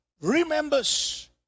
remembers